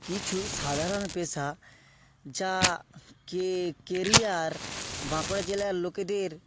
কিছু সাধারণ পেশা যাকে কেরিয়ার বাঁকুড়া জেলার লোকেদের